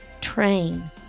train